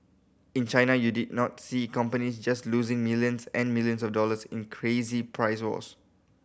in China you did not see companies just losing millions and millions of dollars in crazy price wars